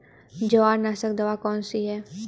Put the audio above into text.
जवारनाशक दवा कौन सी है?